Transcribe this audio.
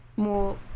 More